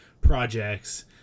projects